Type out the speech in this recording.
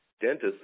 dentists